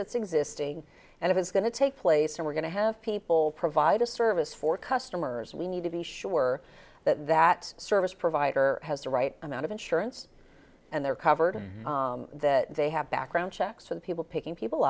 that's existing and it's going to take place and we're going to have people provide a service for customers we need to be sure that that service provider has the right amount of insurance and they're covered that they have background checks for the people picking people